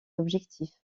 objectif